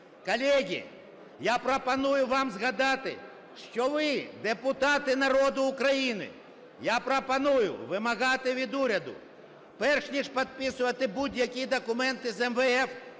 Колеги, я пропоную вам згадати, що ви – депутати народу України. Я пропоную вимагати від уряду, перш ніж підписувати будь-які документи з МВФ,